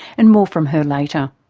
and more from her later.